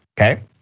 okay